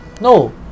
No